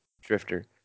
Drifter